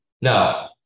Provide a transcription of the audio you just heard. Now